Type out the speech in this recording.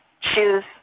choose